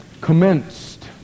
commenced